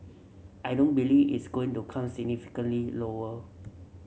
I don't believe it's going to come significantly lower